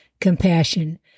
compassion